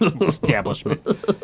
establishment